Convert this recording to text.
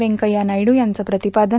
व्यंकथ्या नायडू याचं प्रांतपादन